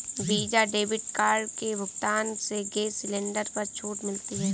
visa debit card के भुगतान से गैस सिलेंडर पर छूट मिलती है